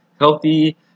healthy